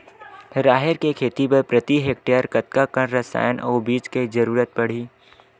राहेर के खेती बर प्रति हेक्टेयर कतका कन रसायन अउ बीज के जरूरत पड़ही?